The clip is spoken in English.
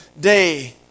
Day